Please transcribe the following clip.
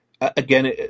again